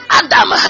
adam